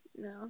no